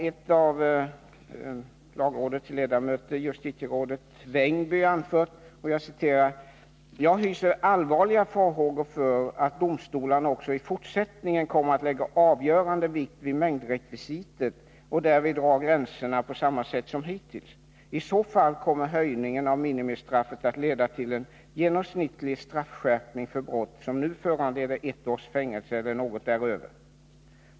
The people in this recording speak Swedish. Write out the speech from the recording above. En av lagrådets ledamöter, justitierådet Vängby, anför bl.a.: ”Jag hyser allvarliga farhågor för att domstolarna också i fortsättningen kommer att lägga avgörande vikt vid mängdrekvisitet och därvid dra gränserna på samma sätt som hittills. I så fall kommer höjningen av minimistraffet att leda till en genomsnittlig straffskärpning för brott som nu föranleder ett års fängelse eller något däröver.